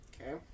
Okay